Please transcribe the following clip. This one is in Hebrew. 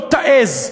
לא תעז.